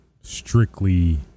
strictly